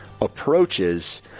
approaches